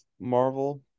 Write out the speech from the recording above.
Marvel